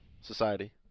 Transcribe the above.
Society